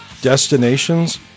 destinations